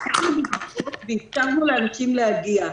עשינו הסעות ואפשרנו לאנשים להגיע,